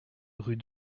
rue